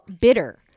bitter